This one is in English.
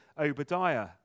Obadiah